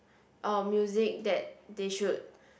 orh music that they should